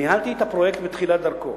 וניהלתי את הפרויקט בתחילת דרכו.